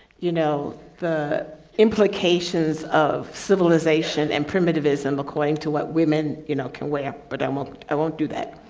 you know, the implications of civilization and primitivism according to what women you know, can wear but i won't, i won't do that.